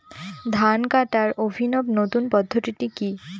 ধান কাটার অভিনব নতুন পদ্ধতিটি কি?